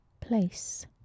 place